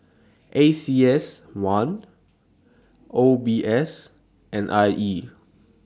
A C S one O B S and I E